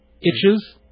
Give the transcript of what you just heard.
itches